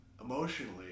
emotionally